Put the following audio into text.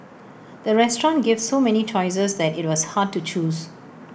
the restaurant gave so many choices that IT was hard to choose